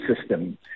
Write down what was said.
system